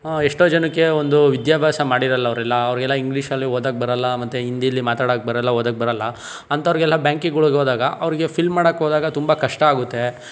ಎಷ್ಟೋ ಜನಕ್ಕೆ ಒಂದು ವಿದ್ಯಾಭ್ಯಾಸ ಮಾಡಿರಲ್ಲ ಅವರೆಲ್ಲ ಅವ್ರಿಗೆಲ್ಲ ಇಂಗ್ಲೀಷಲ್ಲಿ ಓದಕ್ಕೆ ಬರಲ್ಲ ಮತ್ತು ಹಿಂದಿಲಿ ಮಾತಾಡಕ್ಕೆ ಬರಲ್ಲ ಓದಕ್ಕೆ ಬರಲ್ಲ ಅಂಥವ್ರಿಗೆಲ್ಲ ಬ್ಯಾಂಕ್ಗಳಿಗೋದಾಗ ಅವರಿಗೆ ಫಿಲ್ ಮಾಡಕ್ಕೋದಾಗ ತುಂಬ ಕಷ್ಟ ಆಗುತ್ತೆ